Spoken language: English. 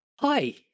hi